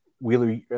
Wheeler